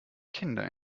kinder